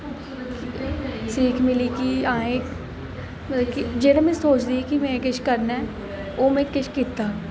सीख मिली कि असें मतलब कि जेह्ड़ा में सोचदी ही कि में जेह्ड़ा किश में करना ऐ ओह् में किश कीता